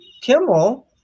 Kimmel